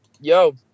yo